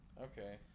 Okay